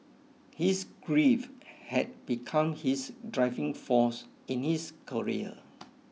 his grief had become his driving force in his career